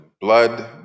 Blood